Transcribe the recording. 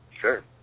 Sure